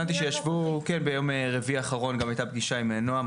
הבנתי שישבו ביום רביעי האחרון הייתה גם פגישה עם נועם,